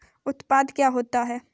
उत्पाद क्या होता है?